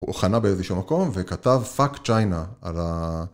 הוא חנה באיזשהו מקום, וכתב פאק צ'יינה על ה...